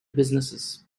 businesses